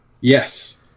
Yes